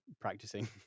practicing